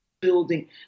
building